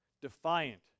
Defiant